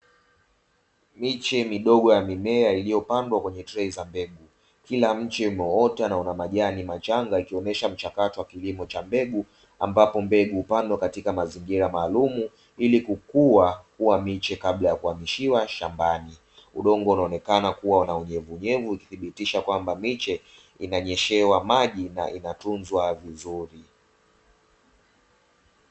Miche midogo ya mimea iliyopandwa kwenye trei za mbegu; kila mche imeota na una majani machanga yakionesha mchakato wa kilimo cha mbegu, ambapo mbegu hupandwa katika mazingira maalumu ili kukuwa miche kabla ya kuhamishiwa shambani, udongo inaonekana kuwa na unyevunyevu kuthibitisha kwamba miche inanyeshewa maji na inatunzwa vizuri.